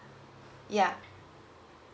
yeah